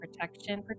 Protection